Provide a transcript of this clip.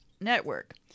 Network